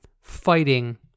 fighting